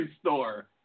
store